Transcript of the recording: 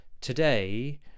Today